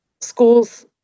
schools